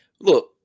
look